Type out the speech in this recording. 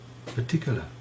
particular